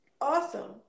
awesome